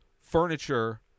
furniture